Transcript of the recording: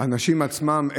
האנשים עצמם,